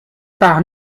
par